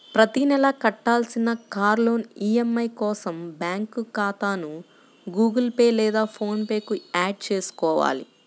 ప్రతి నెలా కట్టాల్సిన కార్ లోన్ ఈ.ఎం.ఐ కోసం బ్యాంకు ఖాతాను గుగుల్ పే లేదా ఫోన్ పే కు యాడ్ చేసుకోవాలి